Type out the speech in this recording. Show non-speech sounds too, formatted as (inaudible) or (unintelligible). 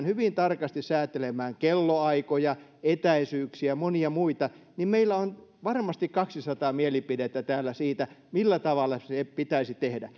(unintelligible) hyvin tarkasti säätelemään kellonaikoja etäisyyksiä monia muita niin meillä on varmasti kaksisataa mielipidettä täällä siitä millä tavalla se pitäisi tehdä (unintelligible)